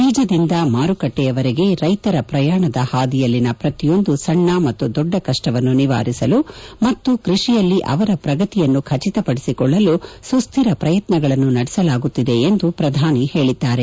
ಬೀಜದಿಂದ ಮಾರುಕಟ್ಸೆಯವರೆಗೆ ರೈತರ ಪ್ರಯಾಣದ ಹಾದಿಯಲ್ಲಿನ ಪ್ರತಿಯೊಂದು ಸಣ್ಣ ಮತ್ತು ದೊಡ್ಡ ಕಷ್ಟವನ್ನು ನಿವಾರಿಸಲು ಮತ್ತು ಕ್ಪಡಿಯಲ್ಲಿ ಅವರ ಪ್ರಗತಿಯನ್ನು ಖಚಿತ ಪದಿಸಿಕೊಳ್ಳಲು ಸುಸ್ದಿರ ಪ್ರಯತ್ನಗಳನ್ನು ನಡೆಸಲಾಗುತ್ತಿದೆ ಎಂದು ಪ್ರಧಾನಮಂತ್ರಿ ಹೇಳಿದ್ದಾರೆ